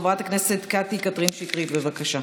חברת הכנסת קטי קטרין שטרית, בבקשה.